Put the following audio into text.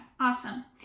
awesome